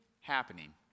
happening